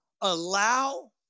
allow